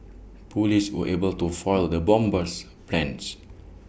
Police were able to foil the bomber's plans